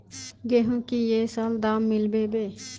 गेंहू की ये साल दाम मिलबे बे?